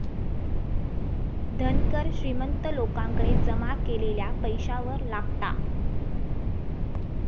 धन कर श्रीमंत लोकांकडे जमा केलेल्या पैशावर लागता